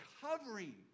covering